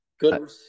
good